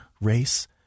race